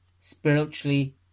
spiritually